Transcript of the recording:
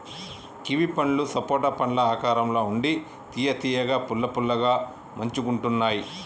kiwi పండ్లు సపోటా పండ్ల ఆకారం ల ఉండి తియ్య తియ్యగా పుల్ల పుల్లగా మంచిగుంటున్నాయ్